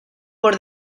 por